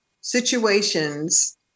situations